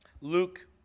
Luke